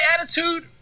attitude